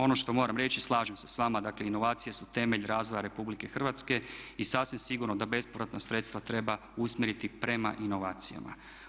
Ono što moram reći, slažem se s vama, dakle inovacije su temelj razvoja Republike Hrvatske i sasvim sigurno da bespovratna sredstva treba usmjeriti prema inovacijama.